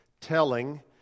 telling